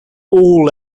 all